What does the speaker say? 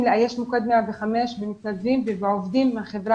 לאייש את מוקד 105 במתנדבים ובעובדים מהחברה